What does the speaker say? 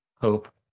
hope